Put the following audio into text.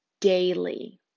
daily